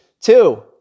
Two